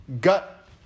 gut